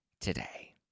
today